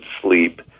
sleep